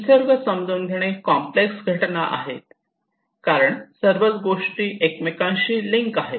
निसर्ग नियम समजून घेणे कॉम्प्लेक्स घटना आहेत कारण सर्वच गोष्टी एकमेकांशी लिंक आहेत